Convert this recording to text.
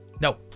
no